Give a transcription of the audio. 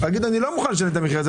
אומר: אני לא מוכן לשלם את המחיר הזה,